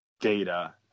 data